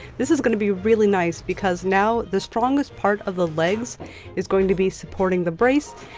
this is going to be really nice, because now the strongest part of the legs is going to be supporting the brace.